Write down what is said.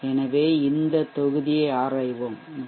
எனவே இந்தத் தொகுதியை ஆராய்வோம் டி